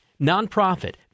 nonprofit